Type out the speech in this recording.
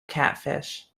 catfish